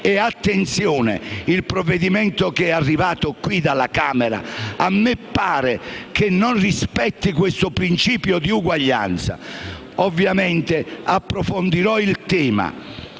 attenzione, perché il provvedimento che è arrivato qui dalla Camera a me pare non rispetti il principio di uguaglianza. Ovviamente approfondirò il tema